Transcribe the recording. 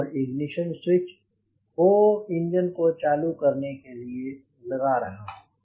और ignition switch को engine को चालू करने के लिए लगा रहा हूँ